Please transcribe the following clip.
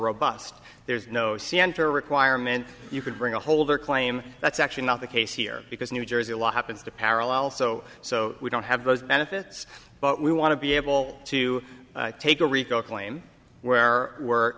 robust there's no santa requirement you could bring a holder claim that's actually not the case here because new jersey law happens to parallel so so we don't have those benefits but we want to be able to take a